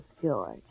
George